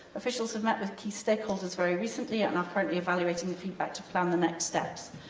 officials have met with key stakeholders very recently and are currently evaluating the feedback to plan the next steps.